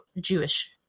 Jewish